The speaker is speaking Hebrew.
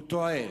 הוא טועה.